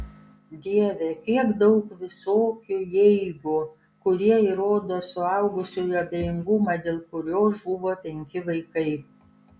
dieve kiek daug visokių jeigu kurie įrodo suaugusiųjų abejingumą dėl kurio žuvo penki vaikai